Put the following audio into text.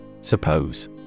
Suppose